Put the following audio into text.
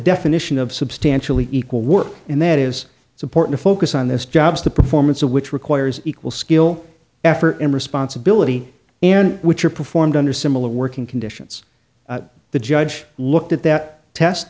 definition of substantially equal work and that is it's important to focus on this jobs the performance of which requires equal skill effort and responsibility and which are performed under similar working conditions the judge looked at t